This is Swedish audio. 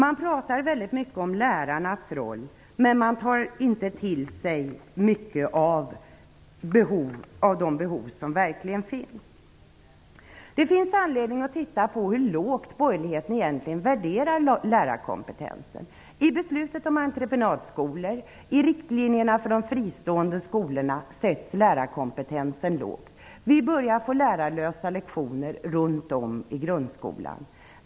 Man pratar väldigt mycket om lärarnas roll, men man tar inte till sig en del av de behov som verkligen finns. Det finns anledning att titta på hur lågt borgerligheten egentligen värderar lärarkompetensen. I beslutet om entreprenadskolor, i riktlinjerna för de fristående skolorna, sätts lärarkompetensen lågt. Vi börjar få lärarlösa lektioner runt om i grundskolan.